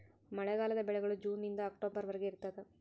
ಮಳೆಗಾಲದ ಬೆಳೆಗಳು ಜೂನ್ ನಿಂದ ಅಕ್ಟೊಬರ್ ವರೆಗೆ ಇರ್ತಾದ